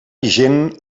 vigent